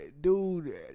Dude